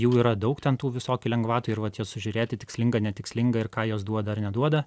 jų yra daug ten tų visokių lengvatų ir vat jas sužiūrėti tikslinga netikslinga ir ką jos duoda ar neduoda